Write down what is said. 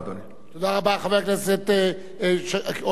חבר הכנסת שכיב שנאן, הואיל וטיבי עסוק.